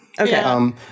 Okay